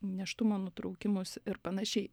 nėštumo nutraukimus ir panašiai